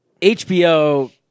hbo